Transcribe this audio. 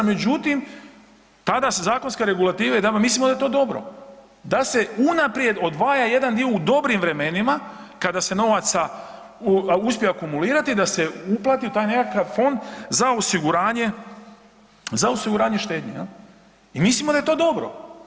Međutim, tada se zakonske regulative … [[Govornik se ne razumije]] mislimo da je to dobro, da se unaprijed odvaja jedan dio u dobrim vremenima kada se novaca uspije akumulirati da se uplati u taj nekakav fond za osiguranje, za osiguranje štednje, jel i mislimo da je to dobro.